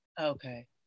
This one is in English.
okay